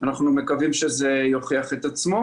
ואנחנו מקווים שזה יוכיח את עצמו.